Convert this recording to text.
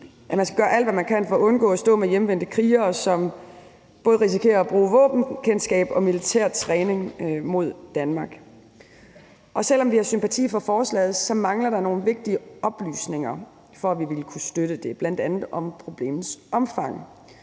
man skal gøre alt, hvad man kan, for at undgå at stå med hjemvendte krigere, som vi risikerer både bruger våbenkendskab og militær træning mod Danmark. Selv om vi har sympati for forslaget, mangler der nogle vigtige oplysninger, for at vi ville kunne støtte det, bl.a. om problemets omfang.